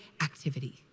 activity